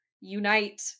Unite